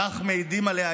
כך מעידים עליה,